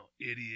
idiot